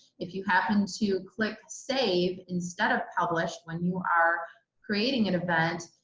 if you happen to click save instead of published when you are creating an event,